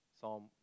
Psalm